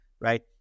right